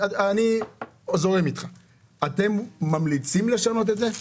אני לא מדבר על פריסה לשנה,